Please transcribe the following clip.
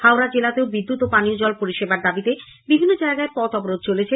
হাওড়া জেলাতেও বিদ্যুত ও পানীয় জল পরিষেবার দাবিতে বিভিন্ন জায়গায় পথ অবরোধ চলেছে